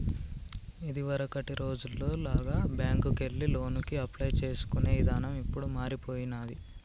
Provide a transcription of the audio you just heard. ఇదివరకటి రోజుల్లో లాగా బ్యేంకుకెళ్లి లోనుకి అప్లై చేసుకునే ఇదానం ఇప్పుడు మారిపొయ్యినాది